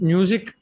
Music